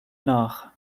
nach